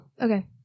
Okay